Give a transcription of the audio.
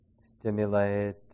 stimulate